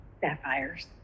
Sapphires